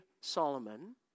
Solomon